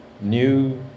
New